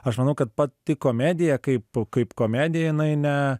aš manau kad pati komedija kaip kaip komedija jinai ne